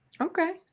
Okay